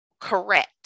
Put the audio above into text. correct